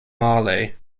malay